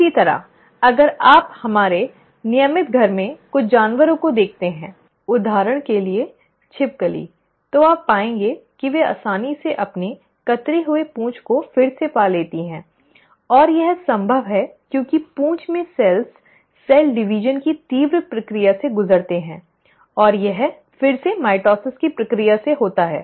इसी तरह अगर आप हमारे नियमित घर में कुछ जानवरों को देखते हैं उदाहरण के लिए छिपकली तो आप पाएंगे कि वे आसानी से अपने कतरे हुए पूंछ को फिर से पा लेती हैं और यह संभव है क्योंकि पूंछ में सेल्स कोशिका विभाजन की तीव्र प्रक्रिया से गुजरते हैं और यह फिर से माइटोसिस की प्रक्रिया से होता है